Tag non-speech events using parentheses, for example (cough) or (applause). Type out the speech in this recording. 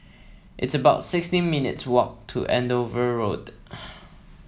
it's about sixteen minutes' walk to Andover Road (noise)